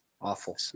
Awful